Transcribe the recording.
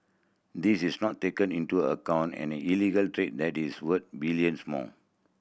this is not taken into account an illegal trade that is worth billions more